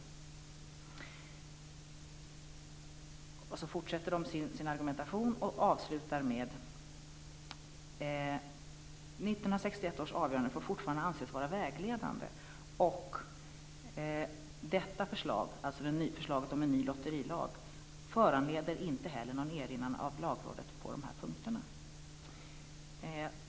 Lagrådet fortsätter sin argumentation och avslutar det hela med: "1961 års avgöranden får fortfarande anses vara vägledande, och detta förslag" - alltså förslaget om en ny lotterilag - "föranleder inte heller någon erinran av Lagrådet på dessa punkter".